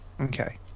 Okay